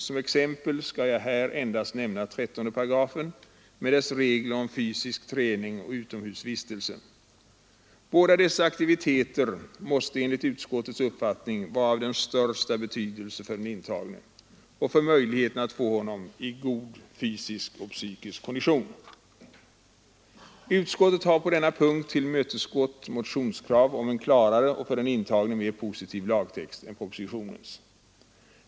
Som exempel skall jag här endast nämna 13 § med dess regler om fysisk träning och utomhusvistelse. Båda dessa aktiviteter måste enligt utskottets uppfattning vara av största betydelse för den intagne och för möjligheterna att få honom i god fysisk och psykisk kondition. Utskottet har på denna punkt tillmötesgått motionskrav om en klarare och för den intagne mer positiv lagtext än propositionens.